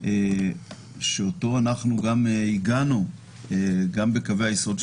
שאותו אנחנו עיגנו גם בקווי היסוד של